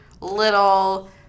little